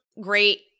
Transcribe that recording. great